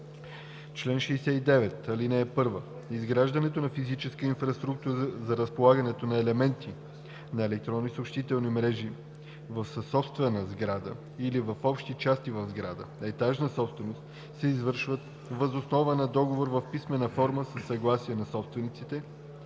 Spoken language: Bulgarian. „Чл. 69. (1) Изграждането на физическа инфраструктура за разполагане на елементи на електронни съобщителни мрежи в съсобствена сграда или в общи части в сграда – етажна собственост, се извършва въз основа на договор в писмена форма със съгласие на собствениците,